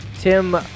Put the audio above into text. Tim